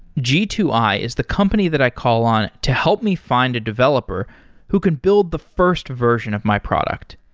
g two i is the company that i call on to help me find a developer who can build the first version of my product.